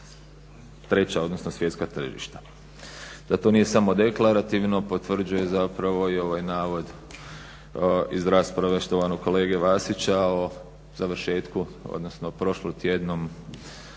treća odnosno svjetska tržišta. Da to nije samo deklarativno potvrđuje i ovaj navod iz rasprave štovanog kolege Vasića o završetku odnosno prošlotjednom